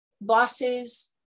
bosses